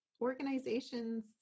organizations